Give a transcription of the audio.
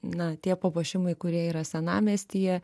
na tie papuošimai kurie yra senamiestyje